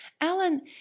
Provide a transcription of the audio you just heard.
Alan